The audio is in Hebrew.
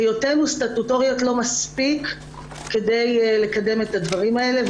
היותנו סטטוטוריות לא מספיק כדי לקדם את הדברים האלה.